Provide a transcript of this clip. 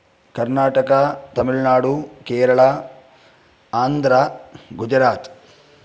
कर्णाटका तमिल्नाडू केरळा आन्ध्रः गुजरात्